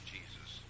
Jesus